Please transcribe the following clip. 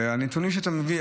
הנתונים שאתה מביא,